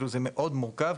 זה מאד מורכב,